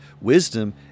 wisdom